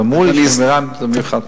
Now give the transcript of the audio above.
אבל אמרו לי שבירושלים זה מיוחד.